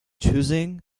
choosing